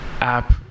app